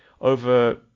over